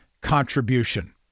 contribution